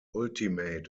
ultimate